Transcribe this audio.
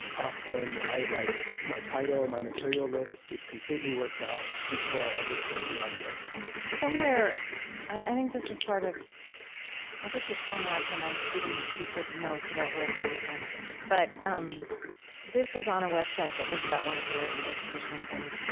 often, i write my title, my material list is completely worked out before i ever start the object somewhere i think this was part of i looked at so much and i didn't keep good notes about where it came from but um this was on a website that was about one of your exhibitions. and